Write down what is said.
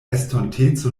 estonteco